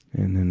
and then,